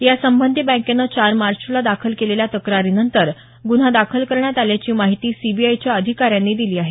यासंबंधी बँकेनं चार मार्चला दाखल केलेल्या तक्रारीनंतर गुन्हा दाखल करण्यात आल्याची माहिती सीबीआयच्या अधिकाऱ्यांनी दिली आहे